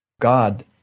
God